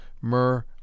Myrrh